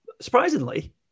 Surprisingly